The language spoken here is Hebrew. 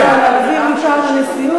מציעה להעביר מטעם הנשיאות,